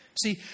See